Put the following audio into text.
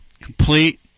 Complete